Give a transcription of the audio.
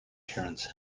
terence